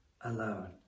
alone